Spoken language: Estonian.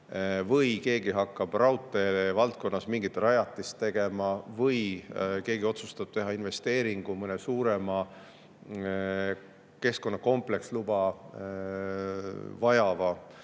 või keegi hakkab raudteevaldkonnas mingit rajatist tegema või keegi otsustab teha investeeringu mõne suurema keskkonnakompleksluba vajava